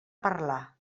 parlar